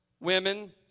women